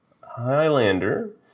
Highlander